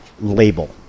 label